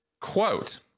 Quote